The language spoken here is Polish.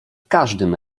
każdym